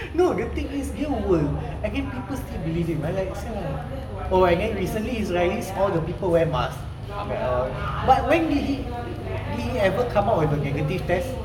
no the thing is dia world and then people still believe him I like [sial] ah and recently his rallies all the people wear mask wear at all but when did he ever come out with a negative test